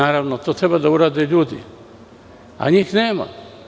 Naravno, to treba da urade ljudi, a njih nema.